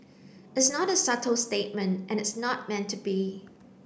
it's not a subtle statement and it's not meant to be